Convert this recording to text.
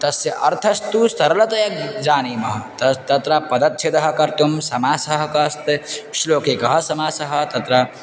तस्य अर्थस्तु सरलतया जानीमः तत्र पदच्छेदः कर्तुं समासः कास्ते श्लोके कः समासः तत्र